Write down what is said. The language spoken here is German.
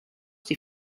die